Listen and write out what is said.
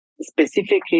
Specifically